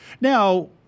Now